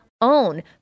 own